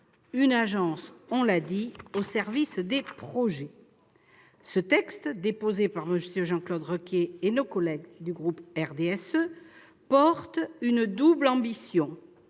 Une agence au service des projets ! Ce texte déposé par M. Jean-Claude Requier et nos collègues du groupe du RDSE porte une double ambition